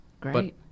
great